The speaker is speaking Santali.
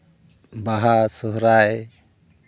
ᱵᱟᱦᱟ ᱥᱚᱦᱚᱨᱟᱭ